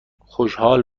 خوشحال